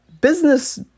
business